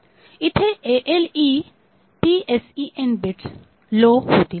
इथे ALE PSEN bits low होतील